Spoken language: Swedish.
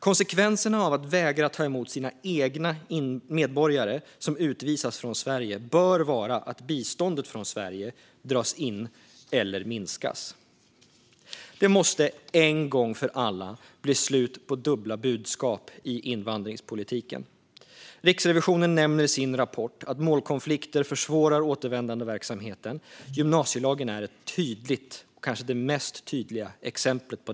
Konsekvensen av att vägra ta emot egna medborgare som utvisats från Sverige bör vara att biståndet från Sverige dras in eller minskas. Det måste en gång för alla bli slut på dubbla budskap i invandringspolitiken. Riksrevisionen nämner i sin rapport att målkonflikter försvårar återvändandeverksamheten. Gymnasielagen är det kanske mest tydliga exemplet.